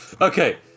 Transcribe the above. Okay